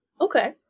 Okay